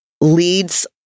leads